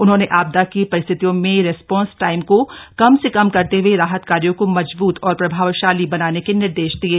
उन्होंने आपदा की परिस्थितियों में रेस्पॉन्स टाइम को कम से कम करते हए राहत कार्यो को मजबूत और प्रभावशाली बनाने के निर्देश दिये